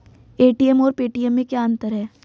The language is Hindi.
ए.टी.एम और पेटीएम में क्या अंतर है?